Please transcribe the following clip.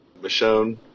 Michonne